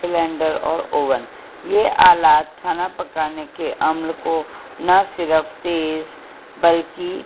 cylinder اور oven یہ آلات کھانا پکانے کے عمل کو نہ صرف تیز بلکہ